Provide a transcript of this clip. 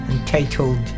entitled